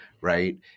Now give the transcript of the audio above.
right